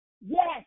yes